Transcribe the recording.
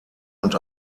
und